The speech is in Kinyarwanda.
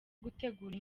gutegura